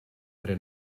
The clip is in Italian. tre